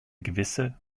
gewisse